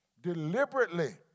Deliberately